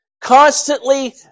Constantly